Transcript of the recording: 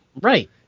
Right